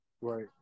right